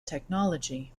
technology